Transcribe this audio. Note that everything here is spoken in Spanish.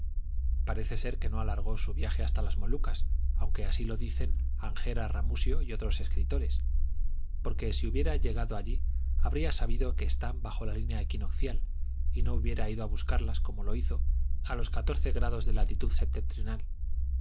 parece ser que no alargó su viaje hasta las molucas aunque así lo dicen angera ramusio y otros escritores porque si hubiese llegado allí habría sabido que están bajo la línea equinoccial y no hubiera ido a buscarlas como lo hizo a los catorce grados de latitud septentrional